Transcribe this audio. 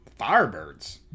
Firebirds